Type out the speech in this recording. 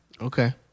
Okay